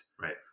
right